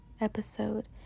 episode